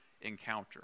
encounter